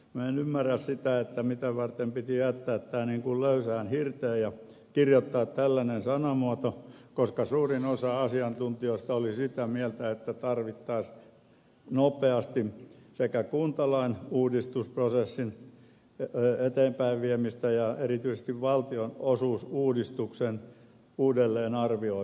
minä en ymmärrä sitä mitä varten tämä piti jättää niin kuin löysään hirteen ja kirjoittaa tällainen sanamuoto koska suurin osa asiantuntijoista oli sitä mieltä että tarvittaisiin nopeasti sekä kuntalain uudistusprosessin eteenpäinviemistä että erityisesti valtionosuusuudistuksen uudelleenarvioimista